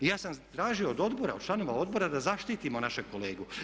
I ja sam tražio od odbora, od članova odbora da zaštitimo našeg kolegu.